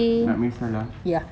kak mia salah